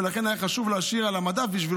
ולכן היה חשוב להשאיר על המדף בשביל